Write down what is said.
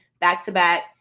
back-to-back